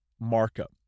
markup